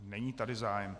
Není tady zájem.